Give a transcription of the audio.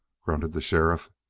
grunted the sheriff.